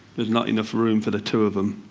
there's not enough room for the two of them.